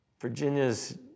Virginia's